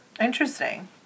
Interesting